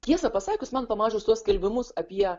tiesą pasakius man pamačius tuos skelbimus apie